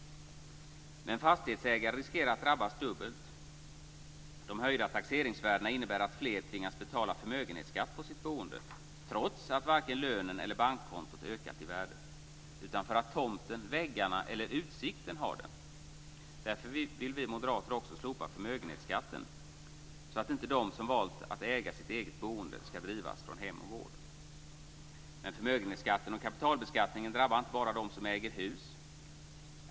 Men fastighetsägare riskerar att drabbas dubbelt. De höjda taxeringsvärdena innebär att fler tvingas betala förmögenhetsskatt på sitt boende - inte för att lönen eller bankontot ökat i värde utan för att tomten, väggarna eller utsikten har det. Därför vill vi moderater också slopa förmögenhetsskatten, så att inte de som valt att äga sitt eget boende ska drivas från hem och gård. Men förmögenhets och kapitalbeskattningen drabbar inte bara dem som äger hus.